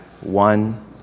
one